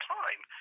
time